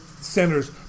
centers